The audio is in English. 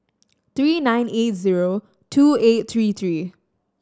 three nine eight zero two eight three three